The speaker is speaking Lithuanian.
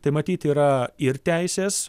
tai matyt yra ir teisės